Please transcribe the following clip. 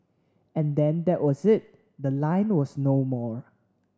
and then that was it the line was no more